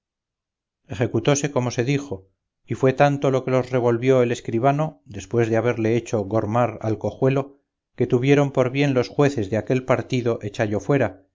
infiernos ejecutóse como se dijo y fué tanto lo que los revolvió el escribano después de haberle hecho gormar al cojuelo que tuvieron por bien los jueces de aquel partido echallo fuera